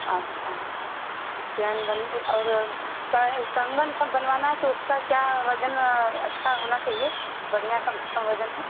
अच्छा तो चैन बन लें और पायल कंगन का बनवाना है तो उसका क्या वज़न अच्छा होना चाहिए बढ़िया कम से कम वज़न में